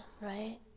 right